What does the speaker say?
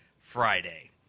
Friday